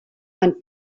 and